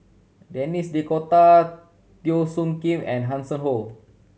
Denis D'Cotta Teo Soon Kim and Hanson Ho